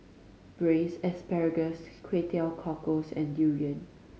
Braised Asparagus Kway Teow Cockles and durian